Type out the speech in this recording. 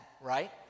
right